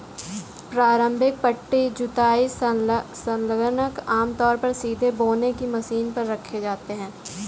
प्रारंभिक पट्टी जुताई संलग्नक आमतौर पर सीधे बोने की मशीन पर रखे जाते थे